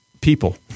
people